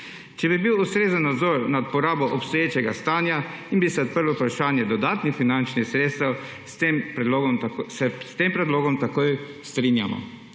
Če bi bil ustrezen nadzor nad porabo obstoječega stanja in bi se odprlo vprašanje dodatnih finančnih sredstev, se s tem predlogom takoj strinjamo.